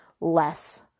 less